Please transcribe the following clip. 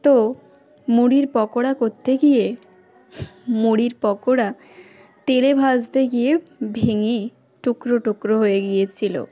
তো মুড়ির পকোড়া করতে গিয়ে মুড়ির পকোড়া তেলে ভাজতে গিয়ে ভেঙে টুকরো টুকরো হয়ে গিয়েছিল